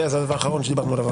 RIA זה הדבר האחרון שדיברנו עליו.